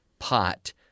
pot